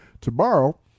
tomorrow